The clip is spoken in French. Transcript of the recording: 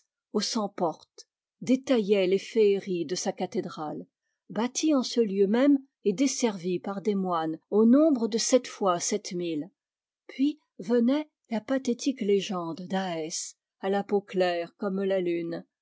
cent portes détaillait les féeries de sa cathédrale bâtie en ce lieu même et desservie par des moines au nombre de sept fois sept mille puis venait la pathétique légende d'ahès à la peau claire comme la lune